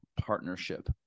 partnership